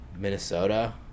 minnesota